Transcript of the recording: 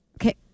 Okay